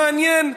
מעניין,